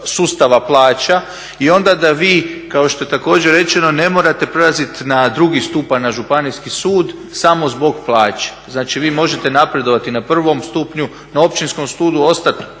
sustava plaća. I onda da vi kao što je također rečeno ne morate prelaziti na drugi stupanj na Županijski sud samo zbog plaće. Znači, vi možete napredovati na prvom stupnju, na Općinskom sudu ostati